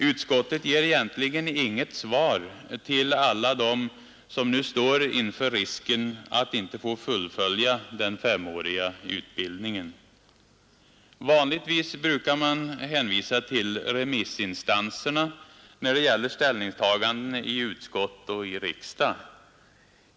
Utskottet ger egentligen inget svar till alla dem som nu står inför risken att inte få fullfölja den femåriga utbildningen. Vanligtvis brukar man hänvisa till remissinstanserna när det gäller ställningstaganden i utskott och i riksdag.